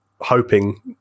Hoping